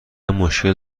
مشکل